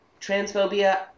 transphobia